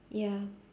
ya